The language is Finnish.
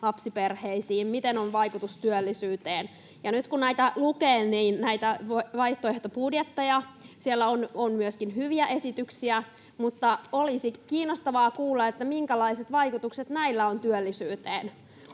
lapsiperheisiin, miten on vaikutus työllisyyteen. Nyt kun lukee näitä vaihtoehtobudjetteja, niin siellä on myöskin hyviä esityksiä, mutta olisi kiinnostavaa kuulla, minkälaiset vaikutukset näillä on työllisyyteen.